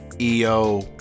EO